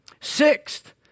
Sixth